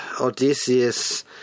Odysseus